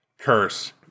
curse